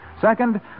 Second